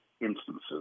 instances